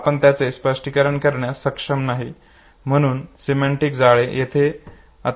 आपण त्यांचे स्पष्टीकरण करण्यास सक्षम नाही आणि म्हणून सिमेंटिक जाळे येथे अत्यंत महत्वाची भूमिका बजावतात